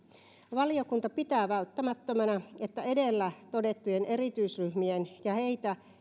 valiokunta pitää välttämättömänä että edellä todettujen erityisryhmien ja heitä